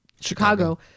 Chicago